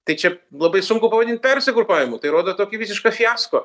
tai čia labai sunku pavadint persigrupavimu tai rodo tokį visišką fiasko